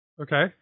Okay